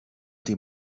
die